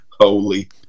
holy